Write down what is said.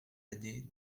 l’année